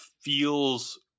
feels